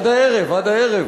עד הערב.